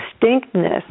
distinctness